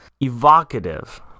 evocative